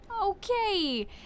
Okay